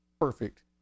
perfect